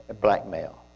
blackmail